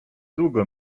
długo